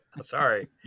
Sorry